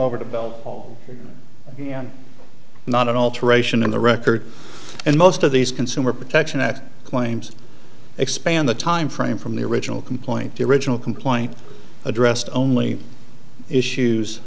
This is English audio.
over to bill all not an alteration in the record and most of these consumer protection that claims expand the timeframe from the original complaint the original complaint addressed only issues